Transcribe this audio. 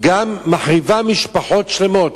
היא מחריבה משפחות שלמות.